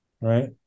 Right